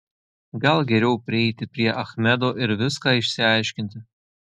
gal geriau prieiti prie achmedo ir viską išsiaiškinti